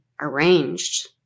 arranged